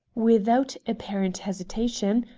without apparent hesitation,